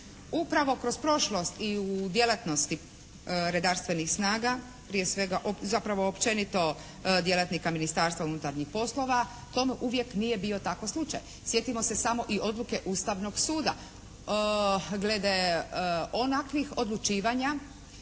Upravo kroz prošlost i u djelatnosti redarstvenih snaga prije svega, zapravo općenito djelatnika Ministarstva unutarnjih poslova, tomu uvijek nije bi tako slučaj. Sjetimo se samo i odluke Ustavnog suda glede onakvih odlučivanja